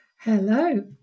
Hello